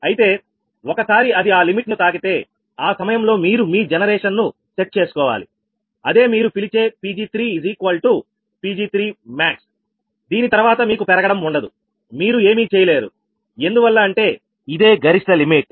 అయితే ఒకసారి అది ఆ లిమిట్ ను తాకితే ఆ సమయంలో మీరు మీ జనరేషన్ ను సెట్ చేసుకోవాలి అదే మీరు పిలిచే Pg3 Pg3max దీని తర్వాత మీకు పెరగడం ఉండదు మీరు ఏమీ చేయలేరు ఎందువల్ల అంటే ఇదే గరిష్ట లిమిట్